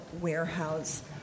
warehouse